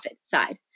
side